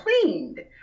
cleaned